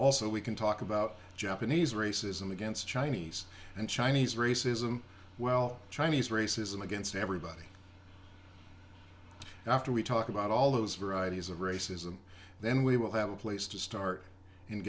also we can talk about japanese racism against chinese and chinese racism well chinese racism against everybody and after we talk about all those varieties of racism then we will have a place to start